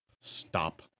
stop